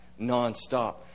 nonstop